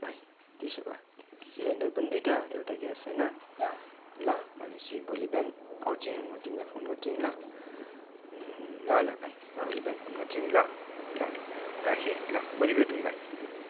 by त्यसो भए cylinder पनि दुईवटा एउटा ग्यास होइन ल भनेपछि भोलि बिहान आउँछु नि म तिमीलाई फोन गर्छु नि ल ल ल भाइ भोलि बिहान फोन गर्छु नि ल ल ल राखेँ ल भोलि भेटौँ भाइ